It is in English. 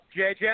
JJ